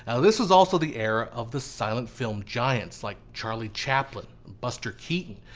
and this was also the era of the silent film giants like charlie chaplin, buster keaton,